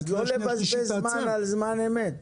לא לבזבז זמן על זמן אמת.